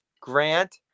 Grant